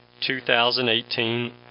2018